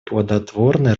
плодотворной